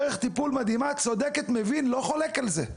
דרך טיפול מדהימה, צודקת, מבין, לא חולק על זה.